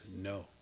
no